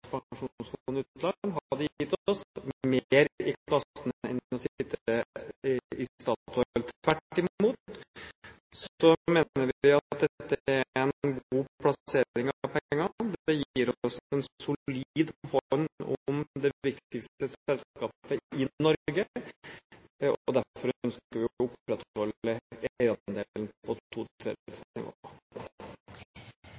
i kassen enn å sitte i Statoil. Tvert imot, så mener vi at dette er en god plassering av pengene. Det gir oss en solid hånd om det viktigste selskapet i Norge, og derfor ønsker vi å opprettholde eierandelen på